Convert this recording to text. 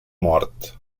mort